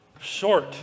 short